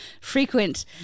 frequent